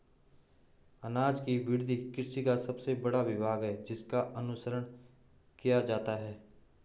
अनाज की वृद्धि कृषि का सबसे बड़ा विभाग है जिसका अनुसरण किया जाता है